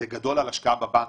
בגדול על השקעה בבנקים,